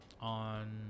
On